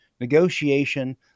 negotiation